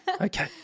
Okay